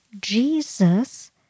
Jesus